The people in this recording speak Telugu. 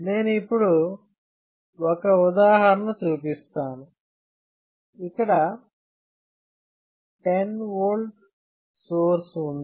నేను ఇప్పుడు ఒక ఉదాహరణ చూపిస్తాను ఇక్కడ 10V సోర్స్ ఉంది